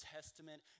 Testament